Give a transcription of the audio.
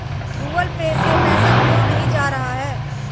Google Pay से पैसा क्यों नहीं जा रहा है?